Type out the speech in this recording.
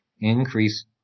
increase